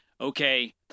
Okay